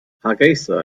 hargeysa